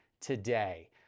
today